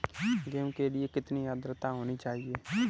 गेहूँ के लिए कितनी आद्रता होनी चाहिए?